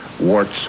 warts